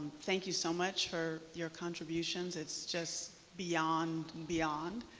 thank you so much for your contributions. it's just beyond beyond.